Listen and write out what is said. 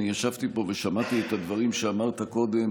אני ישבתי פה ושמעתי את הדברים שאמרת קודם